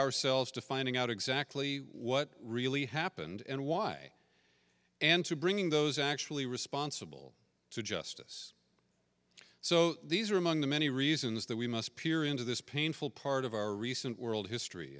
ourselves to finding out exactly what really happened and why and to bring those actually responsible to justice so these are among the many reasons that we must peer into this painful part of our recent world history